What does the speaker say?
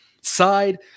side